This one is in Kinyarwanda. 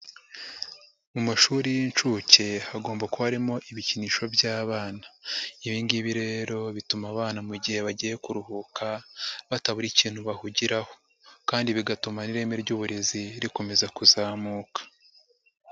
Mu mashuri y'incuke hagomba kuba harimo ibikinisho by'abana, ibi ngibi rero bituma abana mu gihe bagiye kuruhuka, batabura ikintu bahugiraho kandi bigatuma n'ireme ry'uburezi rikomeza kuzamuka.